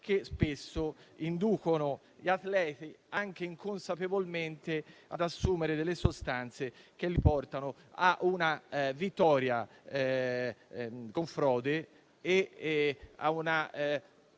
che spesso inducono gli atleti, anche inconsapevolmente, ad assumere sostanze che li portano a una vittoria con frode, quindi